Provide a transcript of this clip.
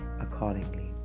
accordingly